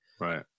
Right